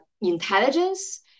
intelligence